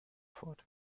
fort